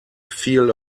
feel